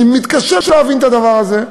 אני מתקשה להבין את הדבר הזה.